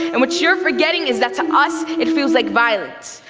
and what you're forgetting is that to us, it feels like violence.